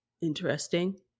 Interesting